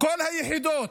כל היחידות